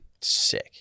sick